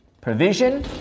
provision